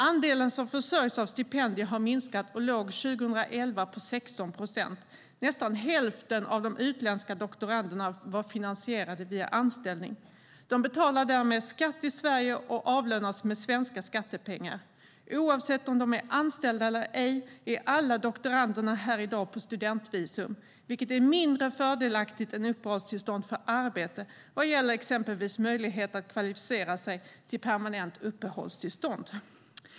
Andelen som försörjs av stipendier har minskat och låg 2011 på 16 procent. Nästan hälften av de utländska doktoranderna var finansierade via anställning. De betalar därmed skatt i Sverige och avlönas med svenska skattepengar. Oavsett om de är anställda eller ej är alla doktorander här i dag på studentvisum, vilket är mindre fördelaktigt än uppehållstillstånd för arbete vad gäller exempelvis möjlighet att kvalificera sig för permanent uppehållstillstånd.